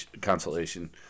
consolation